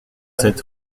sept